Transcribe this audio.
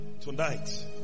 tonight